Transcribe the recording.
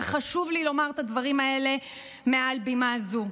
וחשוב לי לומר את הדברים האלה מעל במה זו.